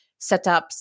setups